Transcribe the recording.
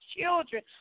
children